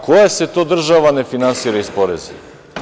Koja se to država ne finansira iz poreza?